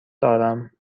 دارم